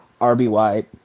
RBY